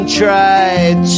tried